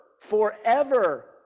forever